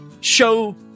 Show